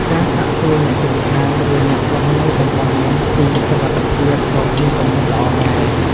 ការសាកសួរអ្នកជិតខាង ឬអ្នករស់នៅតំបន់នោះពីសុវត្ថិភាពក៏ជាគំនិតល្អដែរ។